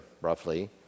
roughly